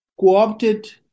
co-opted